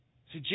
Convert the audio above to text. See